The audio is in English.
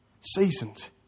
Seasoned